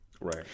Right